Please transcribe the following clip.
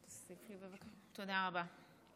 תודה רבה.